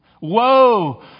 Woe